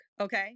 okay